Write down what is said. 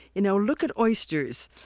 you know look at oysters.